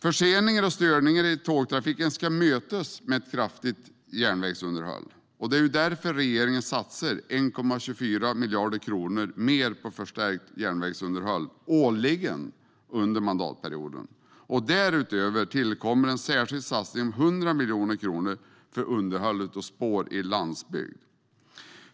Förseningar och störningar i tågtrafiken ska mötas med ett kraftigt järnvägsunderhåll. Därför satsar regeringen 1,24 miljarder kronor mer på förstärkt järnvägsunderhåll årligen under mandatperioden. Därutöver tillkommer en särskild satsning om 100 miljoner kronor för underhåll av spår i landsbygd.